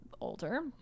older